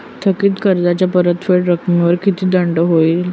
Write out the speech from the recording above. थकीत कर्जाच्या परतफेड रकमेवर किती दंड होईल?